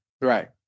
Right